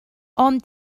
ond